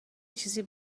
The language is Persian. چیزی